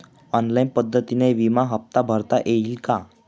Online पद्धतीने विमा हफ्ता भरता येईल का?